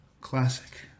classic